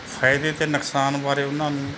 ਫ਼ਾਇਦੇ ਅਤੇ ਨੁਕਸਾਨ ਬਾਰੇ ਉਹਨਾਂ ਨੂੰ